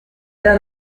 era